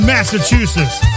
Massachusetts